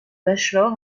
bachelor